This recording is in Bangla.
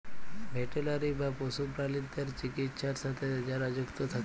ভেটেলারি বা পশু প্রালিদ্যার চিকিৎছার সাথে যারা যুক্ত থাক্যে